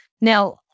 Now